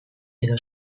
edo